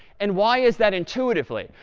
and why is that, intuitively?